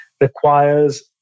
requires